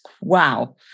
wow